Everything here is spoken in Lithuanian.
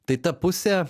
tai ta pusė